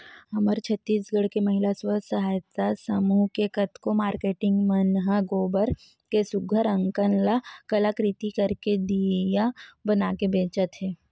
हमर छत्तीसगढ़ के महिला स्व सहयता समूह के कतको मारकेटिंग मन ह गोबर के सुग्घर अंकन ले कलाकृति करके दिया बनाके बेंचत हे